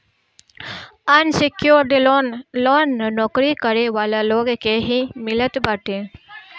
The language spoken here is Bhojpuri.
अनसिक्योर्ड लोन लोन नोकरी करे वाला लोग के ही मिलत बाटे